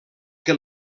que